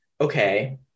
okay